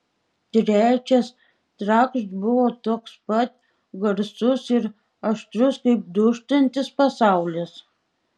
trečias trakšt buvo toks pat garsus ir aštrus kaip dūžtantis pasaulis